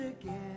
again